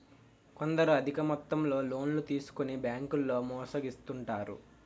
కొందరు అధిక మొత్తంలో లోన్లు తీసుకొని బ్యాంకుల్లో మోసగిస్తుంటారు